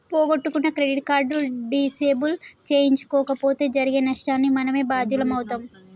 పోగొట్టుకున్న credit card disable చేయించకపోతే జరిగే నష్టానికి మనమే బాధ్యులమవుతం